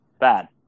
bad